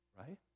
Right